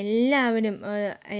എല്ലാവരും